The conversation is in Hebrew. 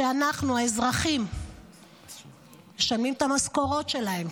שאנחנו האזרחים משלמים את המשכורות שלהם,